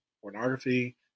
pornography